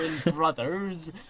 brothers